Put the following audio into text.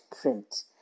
print